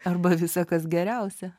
arba visa kas geriausia